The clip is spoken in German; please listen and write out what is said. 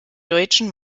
deutschen